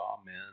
amen